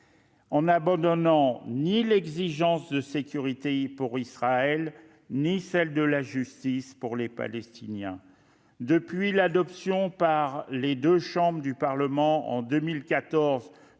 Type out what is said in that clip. en n'abandonnant ni l'exigence de sécurité pour Israël ni celle de la justice pour les Palestiniens. Depuis l'adoption par les deux chambres du parlement